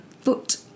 foot